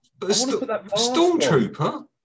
Stormtrooper